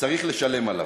צריך לשלם עליו.